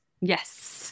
yes